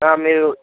మీరు